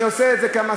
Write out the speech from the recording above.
אני עושה את זה כהעמסה.